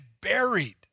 Buried